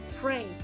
pray